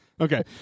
Okay